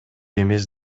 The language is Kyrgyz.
эмес